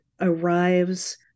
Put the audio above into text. arrives